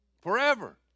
Forever